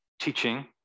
teaching